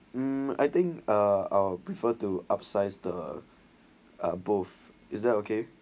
um I think ah our prefer to upsize the ah both is that okay